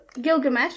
Gilgamesh